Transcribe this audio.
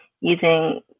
using